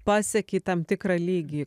pasiekei tam tikrą lygį